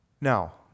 Now